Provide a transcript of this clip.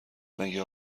مگه